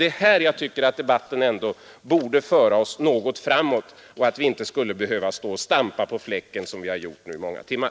Det är här jag tycker att debatten ändå borde föra oss något framåt och att vi inte skulle behöva stå och stampa på fläcken som vi gjort nu i många timmar.